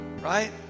right